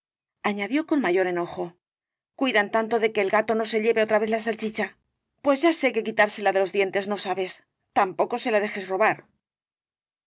judasañadió con mayor enojo cuida en tanto de que el gato no se lleve otra vez la salchicha pues ya que quitársela de los dientes no sabes tampoco se la dejes robar